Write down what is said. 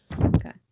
Okay